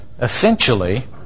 essentially